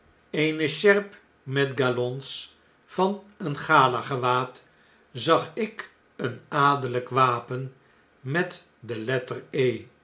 eene sjerp met galons van een gala gewaad zag ik een adellijk wapen met de